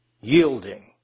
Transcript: yielding